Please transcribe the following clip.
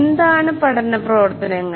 എന്താണ് പഠന പ്രവർത്തനങ്ങൾ